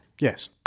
Yes